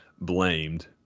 blamed